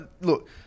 look